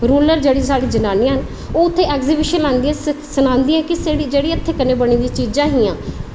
rural जेह्ड़ी साढ़ी जनानियां न ओह् उत्थें एग्ज़ीविशन लांदियां न सनांदियां न की जेह्ड़ी हत्थें कन्नै बनी दियां चीज़ां हियां